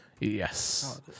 yes